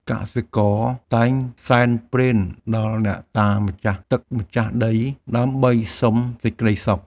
កសិករតែងសែនព្រេនដល់អ្នកតាម្ចាស់ទឹកម្ចាស់ដី ដើម្បីសុំសេចក្តីសុខ។